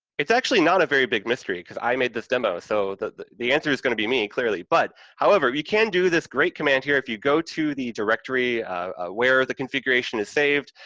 it's actually not a very big mystery, because i made this demo, so the the answer is going to be me, clearly, but, however, you can do this great command here, if you go to the directory where the configuration is saved,